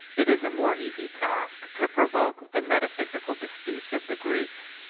it is a more easy task to provoke the metaphysical disputes of the greeks,